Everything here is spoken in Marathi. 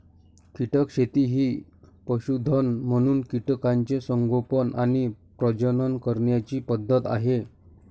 कीटक शेती ही पशुधन म्हणून कीटकांचे संगोपन आणि प्रजनन करण्याची पद्धत आहे